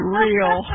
real